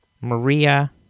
Maria